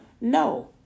no